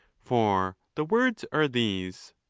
for the words are these,